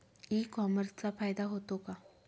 E कॉमर्सचा फायदा होतो का?